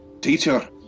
Teacher